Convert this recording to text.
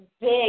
big